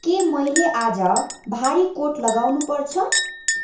के मैले आज भारी कोट लगाउनुपर्छ